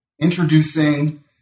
introducing